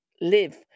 live